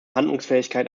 handlungsfähigkeit